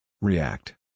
React